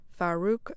Farouk